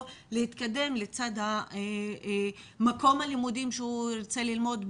להתקדם לצד המקום הלימודים שהוא ירצה ללמוד בו,